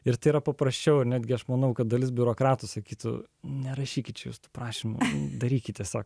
ir tai yra paprasčiau netgi aš manau kad dalis biurokratų sakytų nerašykit siųstų prašymų darykite sau